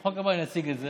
בחוק הבא אני אציג את זה,